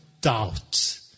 doubt